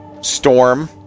storm